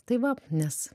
tai va nes